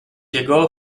jego